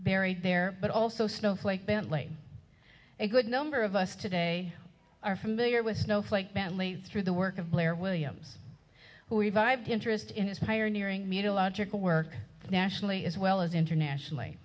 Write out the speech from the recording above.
buried there but also snowflake bentley a good number of us today are familiar with snowflake manly through the work of blair williams who revived interest in his fire nearing meterological work nationally as well as internationally